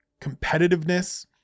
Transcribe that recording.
competitiveness